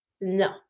No